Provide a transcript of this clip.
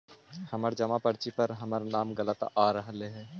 हमर जमा पर्ची पर हमर नाम गलत आ रहलइ हे